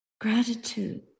gratitude